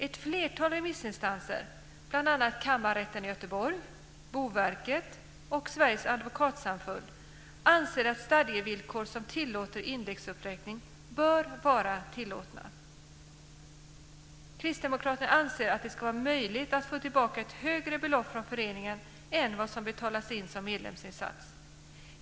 Ett flertal remissinstanser, bl.a. Kammarrätten i Göteborg, Boverket och Sveriges advokatsamfund, anser att stadgevillkor som tillåter indexuppräkning bör vara tillåtna. Kristdemokraterna anser att det ska vara möjligt att få tillbaka ett högre belopp från föreningen än vad som betalats in som medlemsinsats.